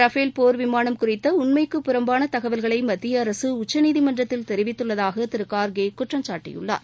Rafale போர் விமானம் குறித்த உண்மைக்கு புறம்பான தகவல்களை மத்திய அரசு உச்சிநீதிமன்றத்தில் தெரிவித்துள்ளதாக திரு கார்கே குற்றம் சாட்டியுள்ளார்